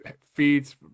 feeds